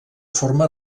forma